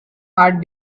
heart